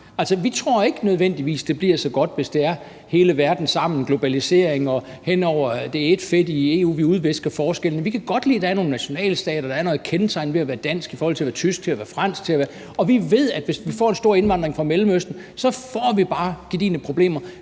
Altså, vi tror ikke nødvendigvis, det bliver så godt, hvis det er hele verden sammen: globalisering, at det er et fedt i EU, og at vi udvisker forskellene. Vi kan godt lide, at der er nogle nationalstater, og at der er nogle kendetegn ved at være dansk i forhold til at være tysk, til at være fransk osv., og vi ved, at hvis vi får en stor indvandring fra Mellemøsten, får vi bare gedigne problemer.